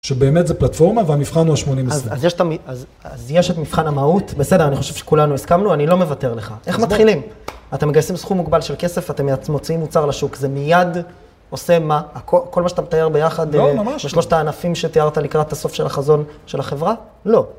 שבאמת, זו פלטפורמה והמבחן הוא ה-80/20. -אז יש את המ... אז, אז יש את מבחן המהות? בסדר, אני חושב שכולנו הסכמנו, אני לא מוותר לך. איך מתחילים? אתם מגייסים סכום מוגבל של כסף, אתם מוציאים מוצר לשוק, זה מיד עושה מה? הכול, כל מה שאתה מתאר ביחד בשלושת הענפים שתיארת לקראת הסוף של החזון של החברה? לא.